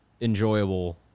enjoyable